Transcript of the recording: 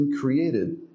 created